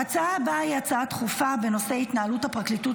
ההצעה הבאה היא הצעה דחופה בנושא: התנהלות הפרקליטות